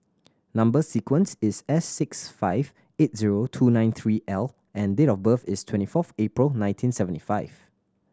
number sequence is S six five eight zero two nine three L and date of birth is twenty fourth April nineteen seventy five